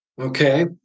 Okay